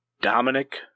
Dominic